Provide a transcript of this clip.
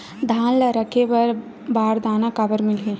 धान ल रखे बर बारदाना काबर मिलही?